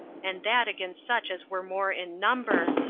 and that against such as were more in number,